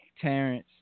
Terrence